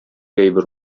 әйбер